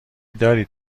دارید